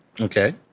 Okay